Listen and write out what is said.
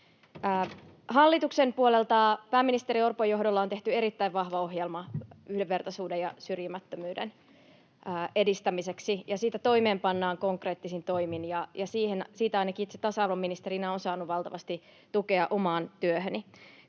Hallituksen puolelta pääministeri Orpon johdolla on tehty erittäin vahva ohjelma yhdenvertaisuuden ja syrjimättömyyden edistämiseksi, ja sitä toimeenpannaan konkreettisin toimin. Siitä ainakin itse tasa-arvoministerinä olen saanut valtavasti tukea omaan työhöni.